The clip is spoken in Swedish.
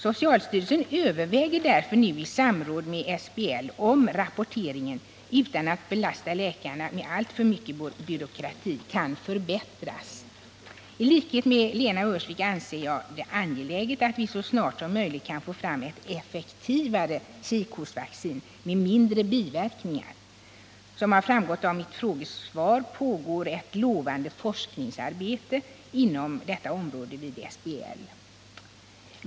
Socialstyrelsen överväger därför nu i samråd med SBL om rapporteringen — utan att läkarna belastas med alltför mycket byråkrati — kan förbättras. I likhet med Lena Öhrsvik anser jag det angeläget att vi så snart som möjligt kan få fram ett effektivare kikhostevaccin med mindre biverkningar. Som har framgått av mitt frågesvar pågår ett lovande forskningsarbete inom detta område vid SBL.